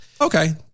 Okay